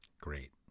Great